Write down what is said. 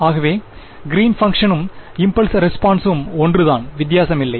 ஆகா க்ரீன் பங்க்ஷனும் இம்பல்ஸ் ரெஸ்பான்ஸும் ஒன்றுதான் வித்தியாசமில்லை